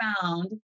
found